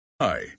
Hi